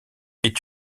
est